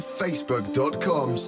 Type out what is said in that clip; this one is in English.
facebook.com